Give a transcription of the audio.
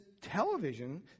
television